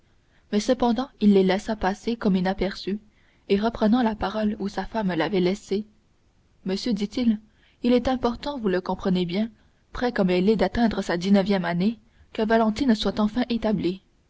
mais cependant il les laissa passer comme inaperçus et reprenant la parole où sa femme l'avait laissée monsieur dit-il il est important vous le comprenez bien près comme elle est d'atteindre sa dix-neuvième année que valentine soit enfin établie